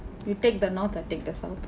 you take the north I take the south